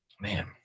man